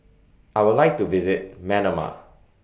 I Would like to visit Manama